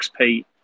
XP